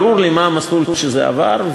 ברור לי מה המסלול שזה עבר.